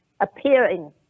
appearing